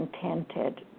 contented